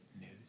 news